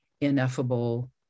ineffable